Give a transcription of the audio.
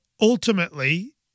ultimately